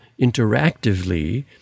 interactively